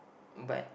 but